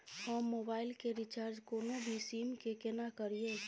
हम मोबाइल के रिचार्ज कोनो भी सीम के केना करिए?